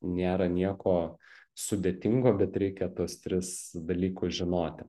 nėra nieko sudėtingo bet reikia tuos tris dalykus žinoti